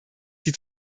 die